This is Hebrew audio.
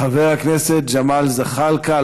חבר הכנסת ג'מאל זחאלקה,